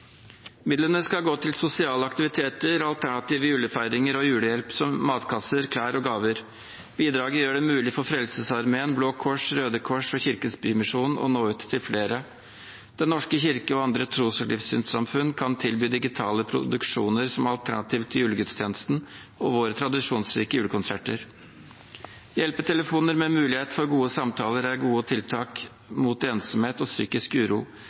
Midlene skal gå til sosiale aktiviteter og alternative julefeiringer og julehjelp, som matkasser, klær og gaver. Bidraget gjør det mulig for Frelsesarmeen, Blå Kors, Røde Kors og Kirkens Bymisjon å nå ut til flere. Den norske kirke og andre tros- og livssynssamfunn kan tilby digitale produksjoner som alternativ til julegudstjenesten og våre tradisjonsrike julekonserter. Hjelpetelefoner med mulighet for gode samtaler er gode tiltak mot ensomhet og psykisk uro,